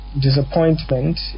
disappointment